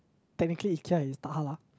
technically Ikea is tak halal